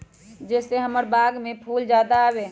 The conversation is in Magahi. जे से हमार बाग में फुल ज्यादा आवे?